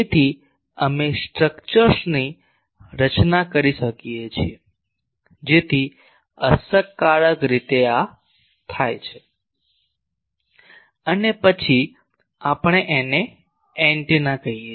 તેથી અમે સ્ટ્રક્ચર્સની રચના કરી શકીએ છીએ જેથી અસરકારક રીતે આ થાય અને પછી આપણે એને એન્ટેના કહીએ